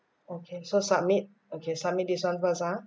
okay so submit okay submit this one first ah